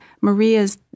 Maria's